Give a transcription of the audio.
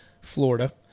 Florida